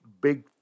big